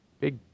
big